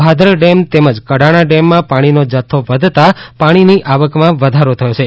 Bhadar dam તેમજ કડાણા ડેમમાં પણ પાણીનો જથ્થો વધતા પાણીની આવકમાં વધારો થયો છે